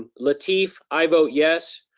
ah lateef, i vote yes.